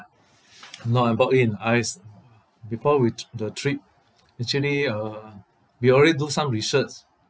no I bought in I s~ before we t~ the trip actually uh we already do some research